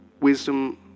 wisdom